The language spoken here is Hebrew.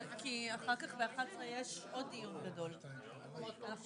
נמשיך בדיון בתחילת